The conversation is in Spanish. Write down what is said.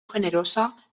generosa